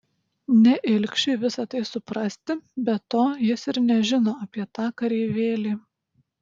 ne ilgšiui visa tai suprasti be to jis ir nežino apie tą kareivėlį